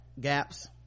gaps